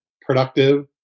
productive